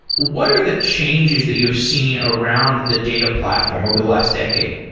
what are the changes that you have seen around the data platform over the last decade?